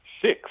six